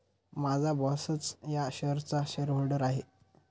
माझा बॉसच या शेअर्सचा शेअरहोल्डर आहे